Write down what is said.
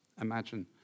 Imagine